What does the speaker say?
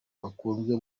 bakunzwe